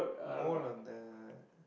more on the